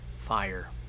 fire